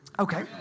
Okay